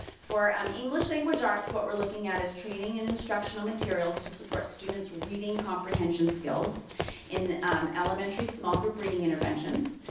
for um english language arts, what we're looking at is training and instructional materials to support students' reading comprehension skills in elementary small group reading interventions.